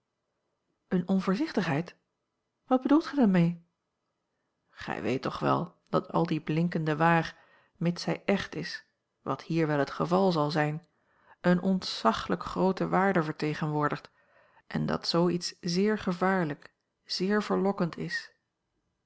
eene onvoorzichtigheid wat bedoelt gij daarmee gij weet toch wel dat al die blinkende waar mits zij echt is wat hier wel het geval zal zijn eene ontzaglijk groote waarde vertegenwoordigt en dat zoo iets zeer gevaarlijk zeer verlokkend is